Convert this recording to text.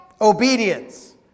obedience